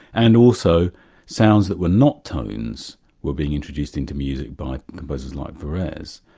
and also sounds that were not tones were being introduced into music by composers like varese.